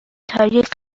تاریخ